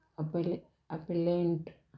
आपले आपिलेंट